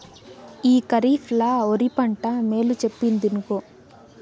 ఈ కరీఫ్ ల ఒరి పంట మేలు చెప్పిందినుకో